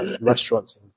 restaurants